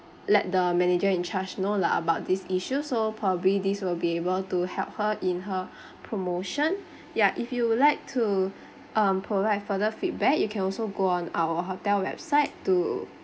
let the manager in charge know lah about this issue so probably this will be able to help her in her promotion ya if you would like to um provide further feedback you can also go on our hotel website to